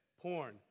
Porn